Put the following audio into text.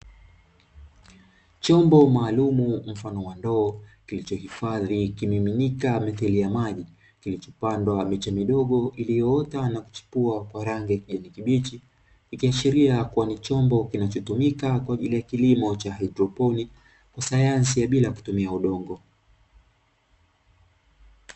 Chombo maalumu mfano wa ndoo kilichohifadhi kimiminika mithili ya maji kilicho pandwa miche midogo, iliyoota na kuchipua kwa rangi ya kijani kibichi, ikiashiria kuwa ni chombo kinachotumika kwaajili ya kilimo cha haidroponi kwa sayansi ya bila kutumia udongo.